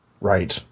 Right